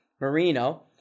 Merino